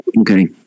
Okay